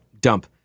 dump